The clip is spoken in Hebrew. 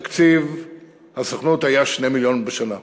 תקציב הסוכנות היה 2 מיליון בשנה.